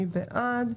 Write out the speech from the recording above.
מי בעד?